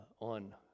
on